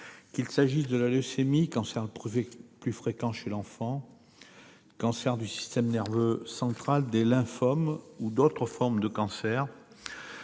Qu'il s'agisse de la leucémie, cancer le plus fréquent chez l'enfant, du cancer du système nerveux central, des lymphomes ou d'autres formes, ces cancers